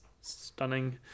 stunning